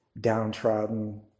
downtrodden